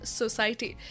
society।